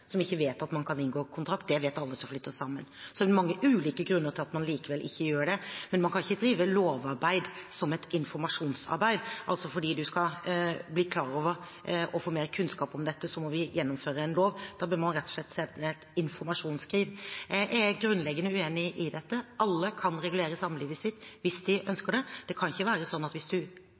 som ikke vet at man kan inngå kontrakt. Det vet alle som flytter sammen. Det er mange ulike grunner til at man likevel ikke gjør det, men vi kan ikke drive lovarbeid som et informasjonsarbeid – at fordi man skal bli klar over og få mer kunnskap om dette, så må vi gjennomføre en lov. Da bør man rett og slett sende informasjonsskriv. Jeg er grunnleggende uenig i dette. Alle kan regulere samlivet sitt hvis de ønsker det. Det kan ikke være sånn at